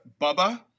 Bubba